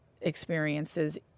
experiences